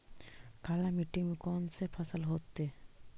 काला मिट्टी में कौन से फसल होतै?